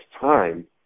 time